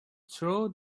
throw